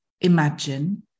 imagine